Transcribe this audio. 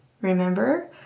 remember